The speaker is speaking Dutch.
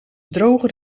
droger